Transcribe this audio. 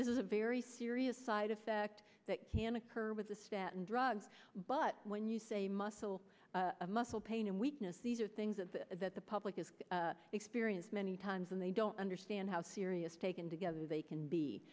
this is a very serious side effect that can occur with the staten drugs but when you say muscle muscle pain and weakness these are things of that the public is experience many times and they don't understand how serious taken together they can